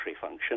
function